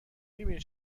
بینی